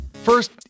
First